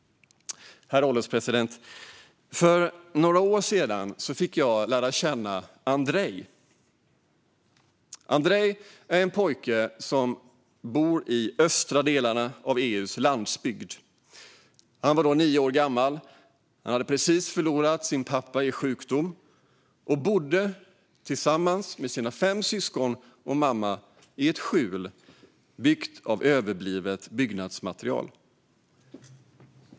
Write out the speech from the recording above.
Herr ålderspresident! För några år sedan fick jag lära känna Andrei. Andrei är en pojke som bor i de östra delarna av EU:s landsbygd. Han var då nio år gammal, och han hade precis förlorat sin pappa i sjukdom. Andrei bodde tillsammans med sina fem syskon och mamma i ett skjul byggt av överblivet byggnadsmaterial.